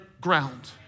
ground